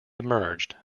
emerged